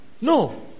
No